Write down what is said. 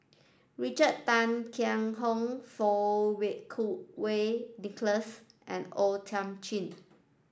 Richard Tay Tian Hoe Fang Wei Kuo Wei Nicholas and O Thiam Chin